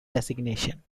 designation